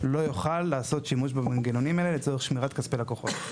לא יוכל לעשות שימש במנגנונים האלה לצורך שמירת כספי לקוחות.